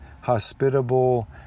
hospitable